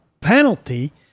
penalty